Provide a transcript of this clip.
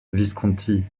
visconti